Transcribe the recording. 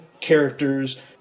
characters